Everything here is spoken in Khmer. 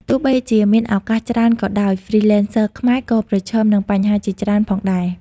ទោះបីជាមានឱកាសច្រើនក៏ដោយ Freelancers ខ្មែរក៏ប្រឈមនឹងបញ្ហាជាច្រើនផងដែរ។